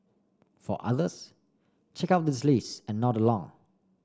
for others check out this list and nod along